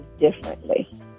differently